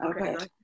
Okay